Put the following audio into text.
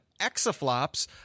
exaflops